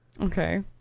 Okay